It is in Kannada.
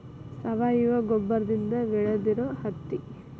ಸಾವಯುವ ಗೊಬ್ಬರದಿಂದ ಬೆಳದಿರು ಹತ್ತಿ